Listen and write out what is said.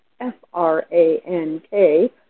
F-R-A-N-K